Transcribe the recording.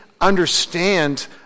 understand